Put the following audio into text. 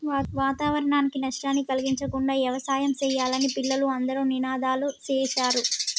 వాతావరణానికి నష్టాన్ని కలిగించకుండా యవసాయం సెయ్యాలని పిల్లలు అందరూ నినాదాలు సేశారు